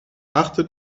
achter